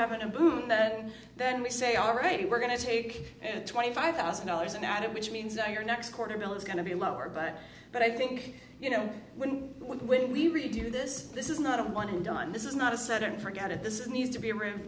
having a boom and then we say all right we're going to take twenty five thousand dollars and add it which means that your next quarter bill is going to be lower back but i think you know when when we really do this this is not a one and done this is not a set and forget it this needs to be